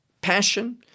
passion